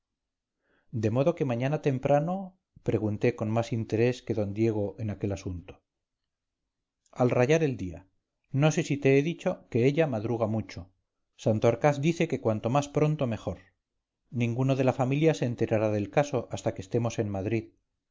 de modo que mañana temprano pregunté con mas interés que d diego en aquel asunto al rayar el día no sé si te he dicho que ella madruga mucho santorcaz dice que cuanto más pronto mejor ninguno de la familia se enterará del caso hasta que estemos en madrid